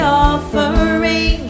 offering